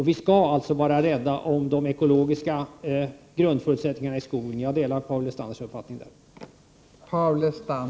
Vi skall vara rädda om de ekologiska grundförutsättningarna i skogen. Jag delar Paul Lestanders uppfattning därvidlag.